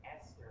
Esther